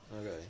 Okay